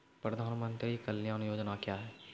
प्रधानमंत्री कल्याण योजना क्या हैं?